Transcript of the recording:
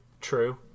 true